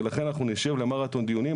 ולכן אנחנו נשב למרתון דיונים.